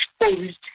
exposed